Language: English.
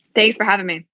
thanks for having me.